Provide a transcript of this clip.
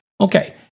Okay